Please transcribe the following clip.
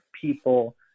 people